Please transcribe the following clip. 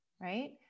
right